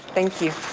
thank you.